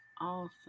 Awesome